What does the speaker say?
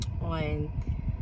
on